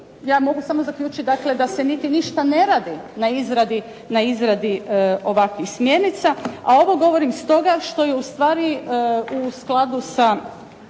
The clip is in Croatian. ja mogu samo zaključiti, dakle da se niti ništa ne radi na izradi ovakvih smjernica. A ovo govorim stoga što je u stvari u skladu sa